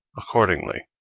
accordingly,